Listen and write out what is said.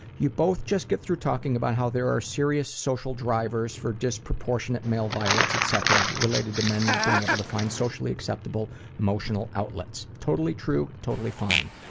you both just got through talking about how there are serious social drivers for disproportionate male violence, etc. related to men not being able to find socially acceptable emotional outlets. totally true, totally fine,